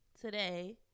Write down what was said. today